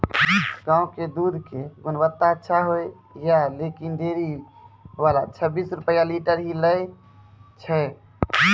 गांव के दूध के गुणवत्ता अच्छा होय या लेकिन डेयरी वाला छब्बीस रुपिया लीटर ही लेय छै?